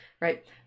right